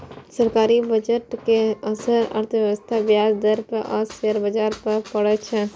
सरकारी बजट के असर अर्थव्यवस्था, ब्याज दर आ शेयर बाजार पर पड़ै छै